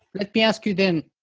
let me ask you then,